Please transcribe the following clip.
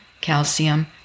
calcium